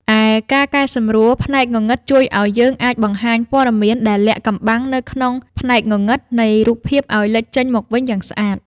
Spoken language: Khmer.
ឯការកែសម្រួល ផ្នែកងងឹត ជួយឱ្យយើងអាចបង្ហាញព័ត៌មានដែលលាក់កំបាំងនៅក្នុងផ្នែកងងឹតនៃរូបភាពឱ្យលេចចេញមកវិញយ៉ាងស្អាត។